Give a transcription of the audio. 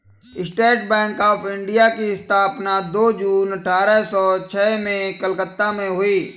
state Bank of India की स्थापना दो जून अठारह सो छह में कलकत्ता में हुई